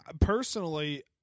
personally